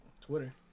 Twitter